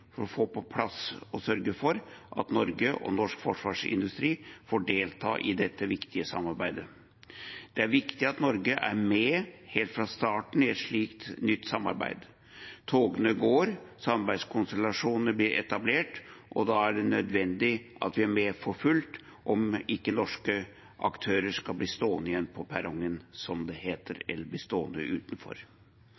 å få på plass og sørge for at Norge og norsk forsvarsindustri får delta i dette viktige samarbeidet. Det er viktig at Norge er med helt fra starten i et slikt nytt samarbeid. Togene går og samarbeidskonstellasjoner blir etablert, og da er det nødvendig at vi er med for fullt om ikke norske aktører skal bli stående på perrongen, som det heter,